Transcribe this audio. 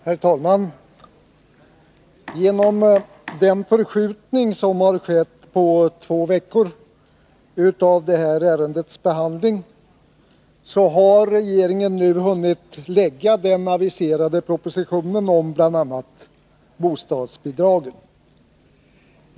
Herr talman! Till följd av den förskjutning på två veckor som skett av detta ärendes behandling, har regeringen nu hunnit lägga fram den aviserade propositionen om bl.a. bostadsbidragen.